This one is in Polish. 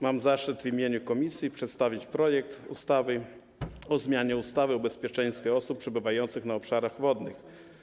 Mam zaszczyt w imieniu komisji przedstawić projekt ustawy o zmianie ustawy o bezpieczeństwie osób przebywających na obszarach wodnych.